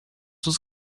was